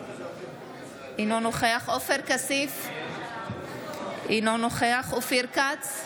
אינו נוכח עופר כסיף, אינו נוכח אופיר כץ,